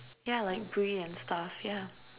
yeah like brie and stuff yeah